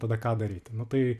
tada ką daryt nu tai